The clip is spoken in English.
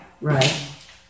Right